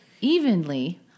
evenly